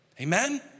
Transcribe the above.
Amen